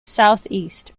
southeast